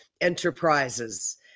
enterprises